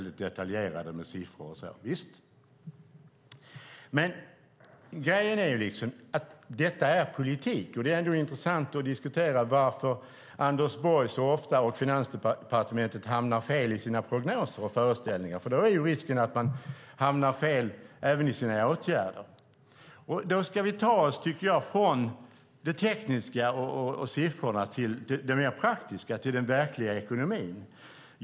Grejen är att detta är politik, och det är intressant att diskutera varför Anders Borg och Finansdepartementet så ofta hamnar fel i sina prognoser och föreställningar. Risken är att man hamnar fel även i sina åtgärder. Då ska vi ta oss, tycker jag, från det tekniska och siffrorna till det mer praktiska, till den verkliga ekonomin.